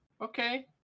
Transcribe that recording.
Okay